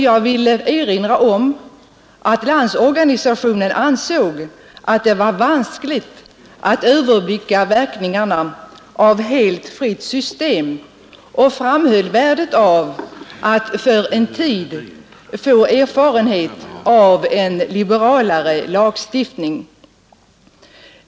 Jag vill erinra om att LO ansåg att det var vanskligt att överblicka verkningarna av ett helt fritt system och framhöll värdet av att för en tid få erfarenheter av en liberalare lagstiftning.